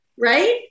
Right